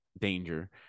danger